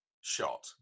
shot